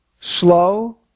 slow